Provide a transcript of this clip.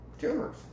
tumors